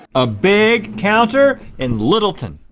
a big counter in littleton.